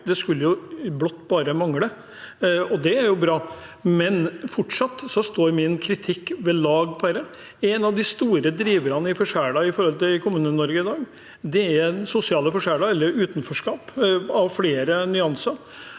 det skulle blott bare mangle, og det er jo bra. Men fortsatt står min kritikk ved lag. En av de store driverne i forskjeller i Kommune-Norge i dag er sosiale forskjeller eller utenforskap av flere nyanser,